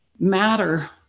matter